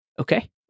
Okay